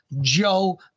Joe